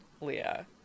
Leah